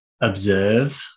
observe